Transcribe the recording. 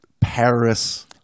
Paris